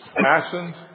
passions